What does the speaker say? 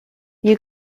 you